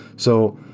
so,